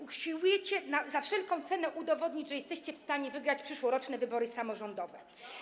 Usiłujecie za wszelką cenę udowodnić, że jesteście w stanie wygrać przyszłoroczne wybory samorządowe.